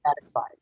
satisfied